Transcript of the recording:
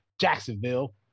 Jacksonville